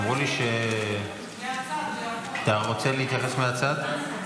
אתה רוצה להתייחס מהצד?